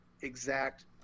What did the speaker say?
exact